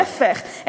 להפך,